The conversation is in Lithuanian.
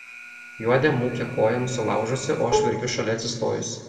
juodė mūkia koją nusilaužusi o aš verkiu šalia atsistojusi